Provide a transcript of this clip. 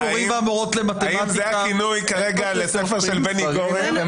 האם זה הכינוי כרגע לספר של בני גורן...